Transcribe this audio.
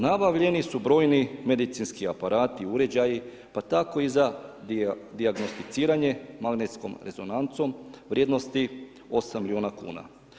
Nabavljeni su brojni medicinski aparati, uređaji, pa tako i za dijagnosticiranje magnetskom rezonancom vrijednosti 8 milijuna kn.